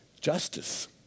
justice